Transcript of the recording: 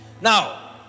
Now